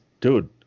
dude